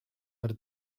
per